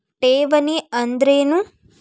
ಠೇವಣಿ ಅಂದ್ರೇನು?